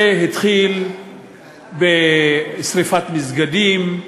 זה התחיל בשרפת מסגדים,